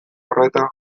horretan